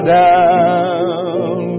down